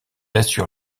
assure